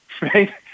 right